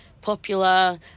popular